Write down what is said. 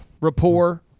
Rapport